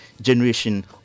generation